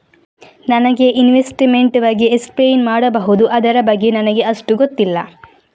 ನನಗೆ ಇನ್ವೆಸ್ಟ್ಮೆಂಟ್ ಬಗ್ಗೆ ಎಕ್ಸ್ಪ್ಲೈನ್ ಮಾಡಬಹುದು, ಅದರ ಬಗ್ಗೆ ನನಗೆ ಅಷ್ಟು ಗೊತ್ತಿಲ್ಲ?